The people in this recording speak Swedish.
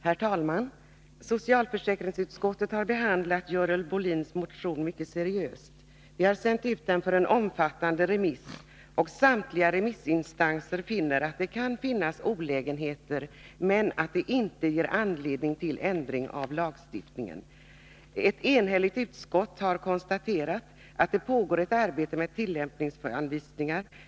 Herr talman! Socialförsäkringsutskottet har behandlat Görel Bohlins motion mycket seriöst. Vi har sänt ut den för en omfattande remissbehandling, och samtliga remissinstanser anser att det kan finnas olägenheter men att de inte ger anledning till ändring av lagstiftningen. Ett enhälligt utskott har konstaterat att det pågår ett arbete med tillämpningsanvisningar.